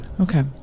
Okay